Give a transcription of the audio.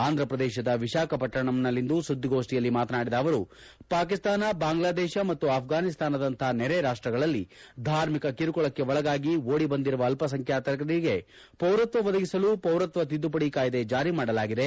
ಆಂಧ್ರಪ್ರದೇಶದ ವಿತಾಖಪಟ್ಟಣಂನಲ್ಲಿಂದು ಸುದ್ದಿಗೋಷ್ಠಿಯಲ್ಲಿ ಮಾತನಾಡಿದ ಅವರು ಪಾಕಿಸ್ತಾನ ಬಾಂಗ್ಲಾದೇಶ ಮತ್ತು ಆಫ್ಫಾನಿಸ್ತಾನದಂಥ ನೆರೆ ರಾಷ್ಷಗಳಲ್ಲಿ ಧಾರ್ಮಿಕ ಕಿರುಕುಳಕ್ಕೆ ಒಳಗಾಗಿ ಓಡಿಬಂದಿರುವ ಅಲ್ಲಸಂಖ್ಯಾತರಿಗೆ ಪೌರತ್ವ ಒದಗಿಸಲು ಪೌರತ್ವ ತಿದ್ದುಪಡಿ ಕಾಯಿದೆ ಜಾರಿ ಮಾಡಲಾಗಿದೆ